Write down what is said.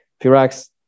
Firax